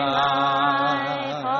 life